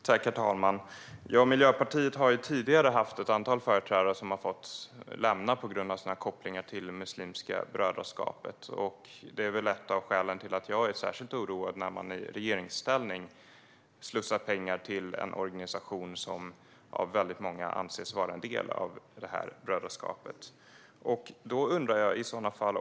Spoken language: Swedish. Herr talman! Miljöpartiet har tidigare haft ett antal företrädare som har fått lämna på grund av sina kopplingar till Muslimska brödraskapet. Det är ett av skälen till att jag är särskilt oroad när man i regeringsställning slussar pengar till en organisation som av många anses vara en del av detta brödraskap.